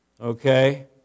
Okay